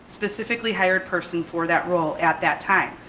specifically hired person for that role at that time.